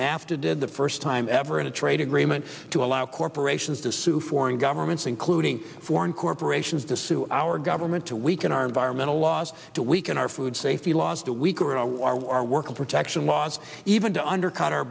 nafta did the first time ever in a trade agreement to allow corporations to sue foreign governments including foreign corporations to sue our government to weaken our environmental laws to weaken our food safety laws to weaker in our work protection laws even to undercut